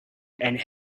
and